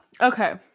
Okay